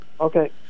okay